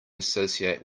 associate